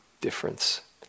difference